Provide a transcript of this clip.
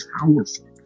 powerful